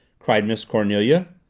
cried miss cornelia.